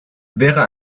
wäre